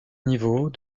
niveaux